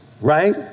right